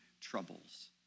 troubles